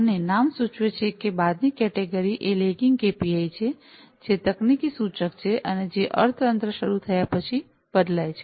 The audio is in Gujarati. અને નામ સૂચવે છે કે બાદની કેટેગરી એ લેગિંગ કેપીઆઈ છે જે તકનીકી સૂચક છે જે અર્થતંત્ર શરૂ થયા પછી બદલાય છે